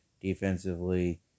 defensively